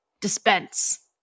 dispense